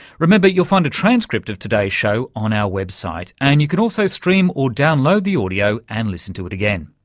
remember you'll find a transcript of today's show on our website, and you can also stream or download the audio and listen to it again.